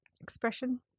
Expression